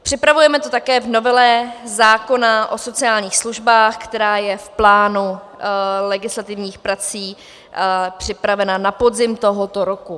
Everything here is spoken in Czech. Připravujeme to také v novele zákona o sociálních službách, která je v plánu legislativních prací připravena na podzim tohoto roku.